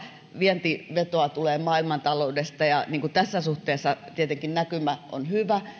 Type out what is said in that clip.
vientivetoa tulee maailmantaloudesta ja tässä suhteessa tietenkin näkymä on hyvä